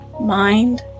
mind